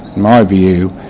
my view,